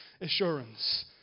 assurance